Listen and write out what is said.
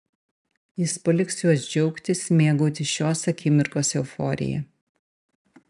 jis paliks juos džiaugtis mėgautis šios akimirkos euforija